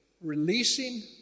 releasing